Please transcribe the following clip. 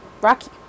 Rocky